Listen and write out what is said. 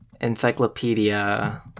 Encyclopedia